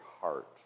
heart